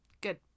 Good